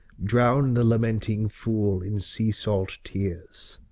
drown the lamenting fool in sea-salt tears.